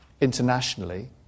internationally